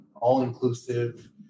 all-inclusive